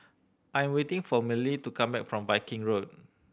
I'm waiting for Mellie to come back from Viking Road